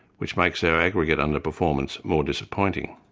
which makes our aggregate underperformance more disappointing.